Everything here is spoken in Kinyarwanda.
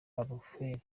efuperi